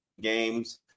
games